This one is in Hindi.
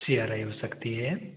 सी आर आई हो सकती है